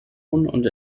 und